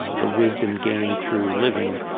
the wisdom gained through living,